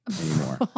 anymore